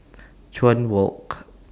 Chuan Walk